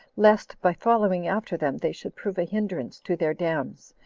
lest, by following after them, they should prove a hinderance to their dams,